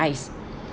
eyes